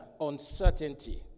uncertainty